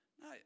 No